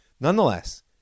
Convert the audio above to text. Nonetheless